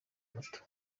moto